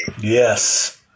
yes